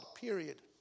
Period